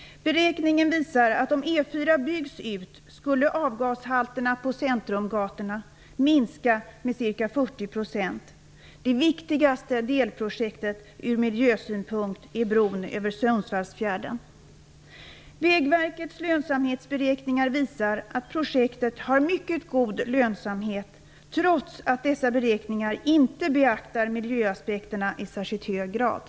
Beräkningen visar att om E 4 byggs ut, skulle avgashalterna på centrumgatorna minska med ca 40 %. Det viktigaste delprojektet ur miljösynpunkt är bron över Sundsvallsfjärden. Vägverkets lönsamhetsberäkningar visar på en mycket god lönsamhet för projektet, trots att beräkningarna inte beaktar miljöaspekterna i särskilt hög grad.